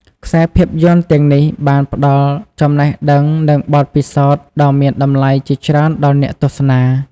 ខ្សែភាពយន្តទាំងនេះបានផ្ដល់ចំណេះដឹង និងបទពិសោធន៍ដ៏មានតម្លៃជាច្រើនដល់អ្នកទស្សនា។